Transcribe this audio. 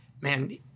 man